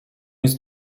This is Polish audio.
nic